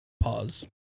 Pause